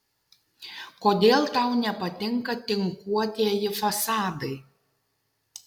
kodėl tau nepatinka tinkuotieji fasadai